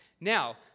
Now